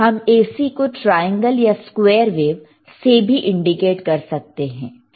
हम AC को triangle या स्क्वेयर वेव से भी इंडिकेट कर सकते हैं